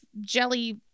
jelly